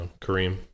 Kareem